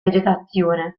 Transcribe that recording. vegetazione